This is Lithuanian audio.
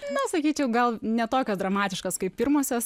na sakyčiau gal ne tokios dramatiškos kaip pirmosios